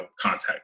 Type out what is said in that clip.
contact